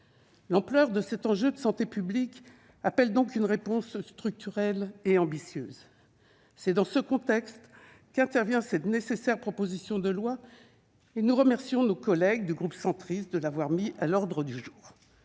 L'ampleur de cet enjeu de santé publique appelle donc une réponse structurelle et ambitieuse. Tel est le contexte dans lequel intervient cette nécessaire proposition de loi, et nous remercions nos collègues du groupe Union Centriste de l'avoir inscrite à l'ordre du jour.